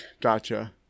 Gotcha